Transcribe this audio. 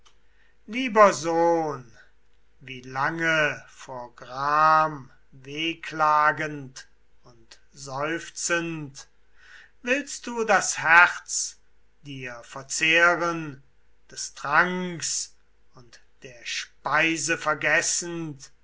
lieber sohn wie lange vor gram wehklagend und seufzend willst du das herz dir verzehren des tranks und der speise vergessend